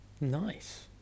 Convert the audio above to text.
Nice